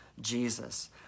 Jesus